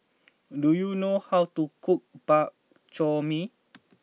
do you know how to cook Bak Chor Mee